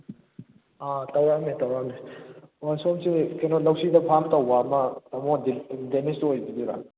ꯑꯥ ꯇꯧꯔꯛꯑꯝꯃꯦ ꯇꯧꯔꯛꯑꯝꯃꯦ ꯑꯣ ꯁꯣꯝꯁꯤ ꯀꯩꯅꯣ ꯂꯧꯁꯤꯗ ꯐꯥꯝ ꯇꯧꯕ ꯑꯃ ꯇꯥꯃꯣ ꯗꯦꯅꯤꯁꯇꯨ ꯑꯣꯏꯕꯤꯗꯣꯏꯔꯥ